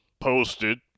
posted